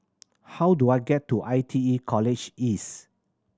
how do I get to I T E College East